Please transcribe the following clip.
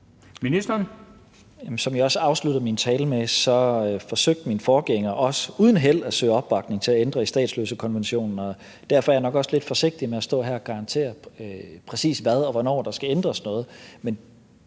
Tesfaye): Som jeg også afsluttede min tale med at sige, forsøgte min forgænger også uden held at søge opbakning til at ændre i statsløsekonventionen, og derfor er jeg nok også lidt forsigtig med at stå her og garantere, præcis hvad og hvornår der skal ændres noget.